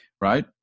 right